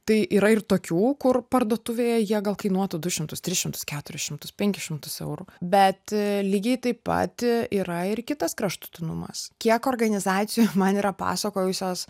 tai yra ir tokių kur parduotuvėje jie gal kainuotų du šimtus tris šimtus keturis šimtus penkis šimtus eurų bet lygiai taip pat yra ir kitas kraštutinumas kiek organizacijų man yra pasakojusios